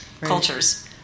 cultures